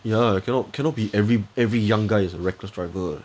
ya cannot cannot be every every young guy is a reckless driver